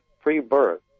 pre-birth